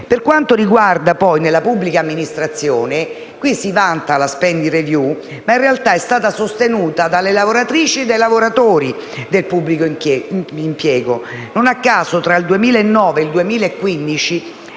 sgravi fiscali. Nella pubblica amministrazione si vanta la *spending rewiew*, ma in realtà questa è stata sostenuta dalle lavoratrici e dai lavoratori del pubblico impiego. Non a caso, tra il 2009 e il 2015,